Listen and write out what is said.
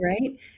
right